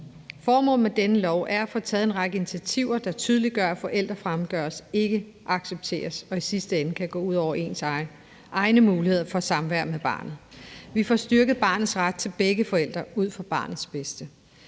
Formålet med denne lov er at få taget en række initiativer, der tydeliggør, at forældrefremmedgørelse ikke accepteres og i sidste ende kan gå ud over ens egne muligheder for samvær med barnet. Vi får styrket barnets ret til begge forældre ud fra barnets bedste.